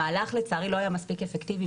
המהלך לא היה מספיק אפקטיבי,